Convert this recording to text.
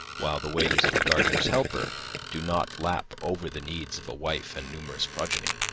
while the wages of a gardener's helper do not lap over the needs of a wife and numerous progeny.